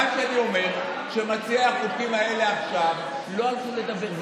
מה שאני אומר זה שמציעי החוקים האלה עכשיו לא הלכו לדבר,